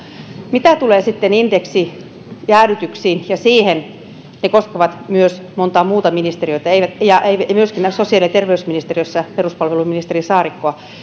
mitä tulee sitten indeksijäädytyksiin ne koskevat myös montaa muuta ministeriötä ja sosiaali ja terveysministeriössä myöskin peruspalveluministeri saarikkoa